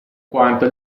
quanto